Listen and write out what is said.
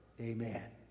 Amen